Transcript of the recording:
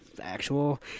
actual